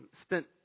spent